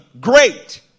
great